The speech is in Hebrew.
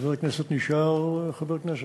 חבר כנסת נשאר חבר כנסת.